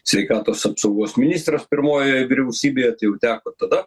sveikatos apsaugos ministras pirmojoje vyriausybė tai jau teko tada